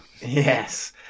yes